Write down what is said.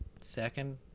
second